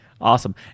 Awesome